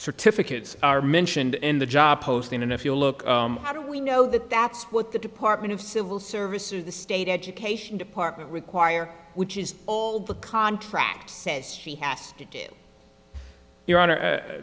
certificates are mentioned in the job posting and if you look how do we know that that's what the department of civil service or the state education department require which is all the contract says she has to do your hon